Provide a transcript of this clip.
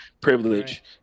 privilege